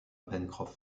pencroff